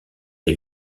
est